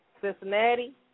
Cincinnati